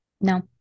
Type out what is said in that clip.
No